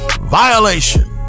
Violation